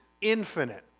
infinite